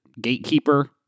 gatekeeper